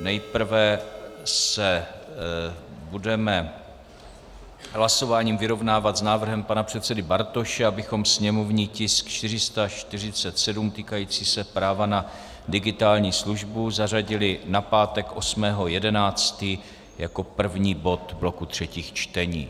Nejprve se budeme hlasováním vyrovnávat s návrhem pana předsedy Bartoše, abychom sněmovní tisk 447 týkající se práva na digitální službu zařadili na pátek 8. 11. jako první bod bloku třetích čtení.